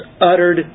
uttered